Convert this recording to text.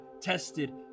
tested